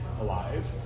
alive